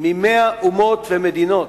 ממאה אומות ומדינות,